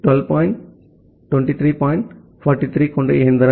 43 கொண்ட இயந்திரம்